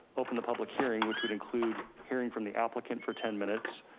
open the public hearing, which would include hearing from the applicant for ten minutes,